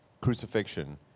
crucifixion